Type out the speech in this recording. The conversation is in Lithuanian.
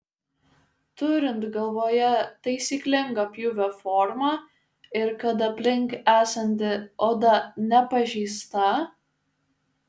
turint galvoje taisyklingą pjūvio formą ir kad aplink esanti oda nepažeista